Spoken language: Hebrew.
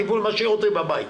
משאיר אותי בבית.